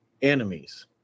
enemies